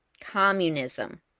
Communism